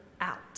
out